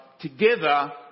together